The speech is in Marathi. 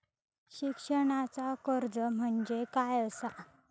शिक्षणाचा कर्ज म्हणजे काय असा?